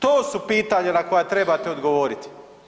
To su pitanja na koja trebate odgovoriti.